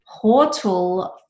portal